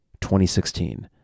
2016